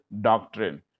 doctrine